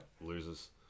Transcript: loses